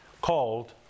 called